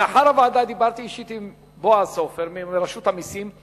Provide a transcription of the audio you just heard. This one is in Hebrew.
לאחר ישיבת הוועדה דיברתי אישית עם בועז סופר מרשות המסים,